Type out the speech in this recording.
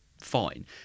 fine